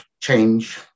change